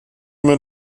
mir